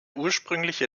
ursprüngliche